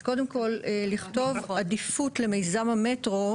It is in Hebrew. אז קודם כול, לכתוב "עדיפות למיזם המטרו"